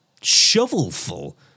shovelful